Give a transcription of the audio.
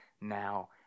now